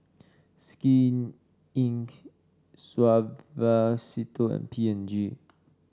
Skin Inc Suavecito and P and G